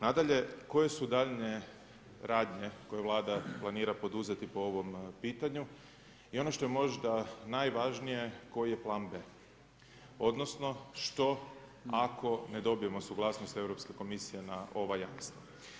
Nadalje, koje su daljnje radnje koje Vlada planira poduzeti po ovom pitanju i ono što je možda najvažnije koji je plan B, odnosno što ako ne dobijemo suglasnost Europske komisije na ova jamstva?